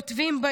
כותבים,